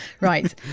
Right